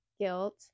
guilt